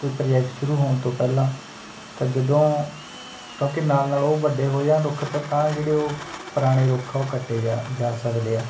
ਕੋਈ ਪ੍ਰੋਜੈਕਟ ਸ਼ੁਰੂ ਹੋਣ ਤੋਂ ਪਹਿਲਾਂ ਤਾਂ ਜਦੋਂ ਕਿਉਂਕਿ ਨਾਲ ਨਾਲ ਉਹ ਵੱਡੇ ਹੋ ਜਾਣ ਰੁੱਖ ਤ ਤਾਂ ਜਿਹੜੇ ਉਹ ਪੁਰਾਣੇ ਰੁੱਖ ਆ ਉਹ ਕੱਟੇ ਜਾ ਜਾ ਸਕਦੇ ਆ